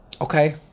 okay